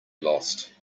lost